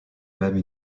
même